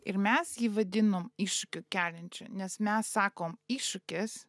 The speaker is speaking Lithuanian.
ir mes jį vadinom iššūkį keliančiu nes mes sakom iššūkis